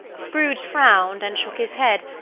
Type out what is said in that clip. scrooge frowned, and shook his head,